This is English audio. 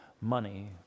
money